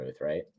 right